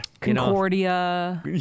concordia